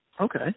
Okay